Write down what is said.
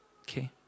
Okay